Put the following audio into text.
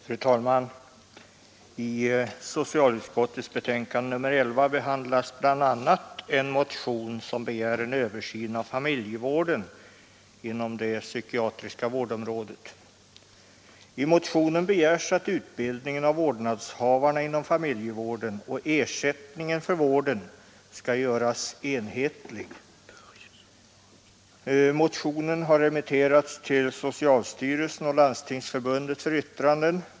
Fru talman! I socialutskottets betänkande nr 11 behandlas bl.a. en motion som begär en översyn av familjevården inom det psykiatriska vårdområdet. I motionen begärs att utbildningen av vårdnadshavarna inom familjevården och ersättningen för vården skall göras enhetlig. Motionen har remitterats till socialstyrelsen och Landstingsförbundet för yttranden.